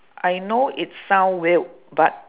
I know it sound weird but